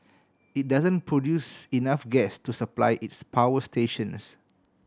it doesn't produce enough gas to supply its power stations